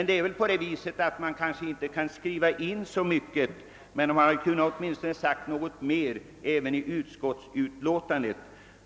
Det är kanske omöjligt att skriva in särskilt mycket där, men man borde ha kunnat säga något mer åtminstone i utskottsutlåtandet.